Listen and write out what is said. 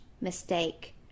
mistake